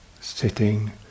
sitting